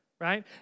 right